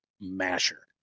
masher